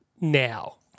now